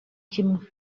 kimwe